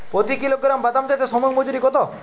প্রতি কিলোগ্রাম বাদাম চাষে শ্রমিক মজুরি কত?